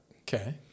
Okay